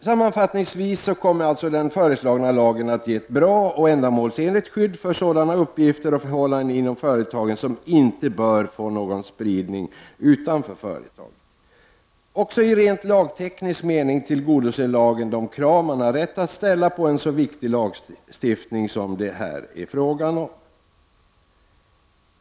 Sammanfattningsvis kommer alltså den föreslagna lagen att ge ett bra och ändamålsenligt skydd för sådana uppgifter och förhållanden inom företagen som inte bör få någon spridning utanför företaget. Också i rent lagteknisk mening tillgodoser lagen de krav man har rätt att ställa på en så viktig lag stiftning som det här är fråga om.